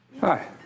Hi